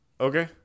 Okay